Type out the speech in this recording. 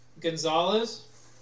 Gonzalez